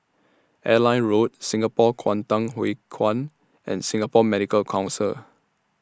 Airline Road Singapore Kwangtung Hui Kuan and Singapore Medical Council